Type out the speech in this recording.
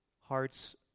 hearts